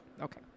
okay